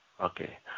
Okay